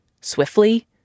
swiftly